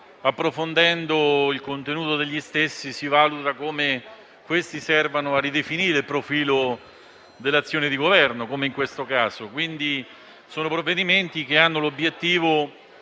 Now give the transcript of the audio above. approfondendo il contenuto degli stessi, si valuta come servano a ridefinire il profilo dell'azione di Governo, come in questo caso. Sono quindi provvedimenti che hanno l'obiettivo